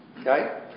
okay